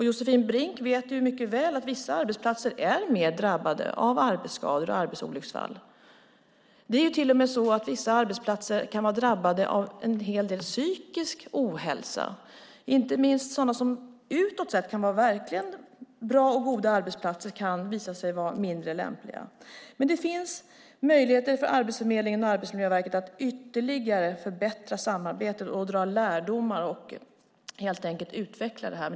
Josefin Brink vet mycket väl att vissa arbetsplatser är mer drabbade av arbetsskador och arbetsolycksfall. Det är till och med så att vissa arbetsplatser kan vara drabbade av en hel del psykisk ohälsa. Inte minst arbetsplatser som utåt sett kan vara bra och goda arbetsplatser kan visa sig vara mindre lämpliga. Det finns möjligheter för Arbetsförmedlingen och Arbetsmiljöverket att ytterligare förbättra samarbetet, dra lärdomar och helt enkelt utveckla arbetet.